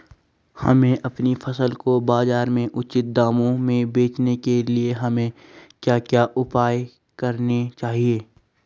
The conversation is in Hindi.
हमें अपनी फसल को बाज़ार में उचित दामों में बेचने के लिए हमें क्या क्या उपाय करने चाहिए?